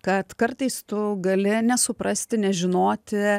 kad kartais tu gali nesuprasti nežinoti